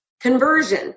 conversion